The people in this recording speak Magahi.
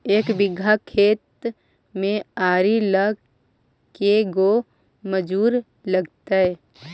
एक बिघा खेत में आरि ल के गो मजुर लगतै?